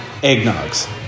eggnogs